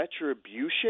retribution